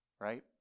Right